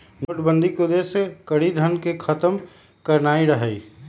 नोटबन्दि के उद्देश्य कारीधन के खत्म करनाइ रहै